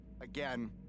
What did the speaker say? again